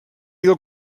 del